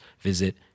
visit